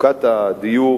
מצוקת הדיור